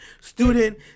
student